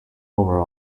over